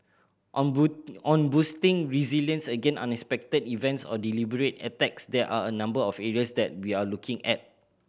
on on boosting resilience against unexpected events or deliberate attacks there are a number of areas that we are looking at